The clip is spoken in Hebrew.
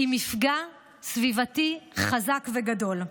היא מפגע סביבתי חזק וגדול.